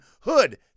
Hood